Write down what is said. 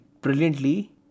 brilliantly